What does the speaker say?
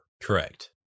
Correct